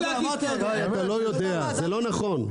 אתה לא יודע, זה לא נכון.